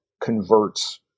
converts